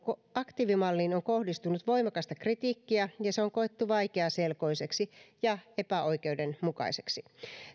aktiivimalliin on kohdistunut voimakasta kritiikkiä ja se on koettu vaikeaselkoiseksi ja epäoikeudenmukaiseksi